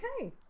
Okay